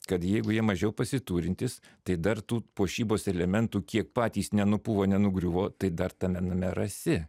kad jeigu jie mažiau pasiturintys tai dar tų puošybos elementų kiek patys nenupuvo nenugriuvo tai dar tame name rasi